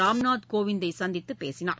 ராம்நாத் கோவிந்தை சந்தித்துப் பேசினார்